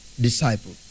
disciple